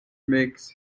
makes